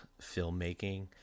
filmmaking